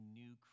new